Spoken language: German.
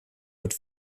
wird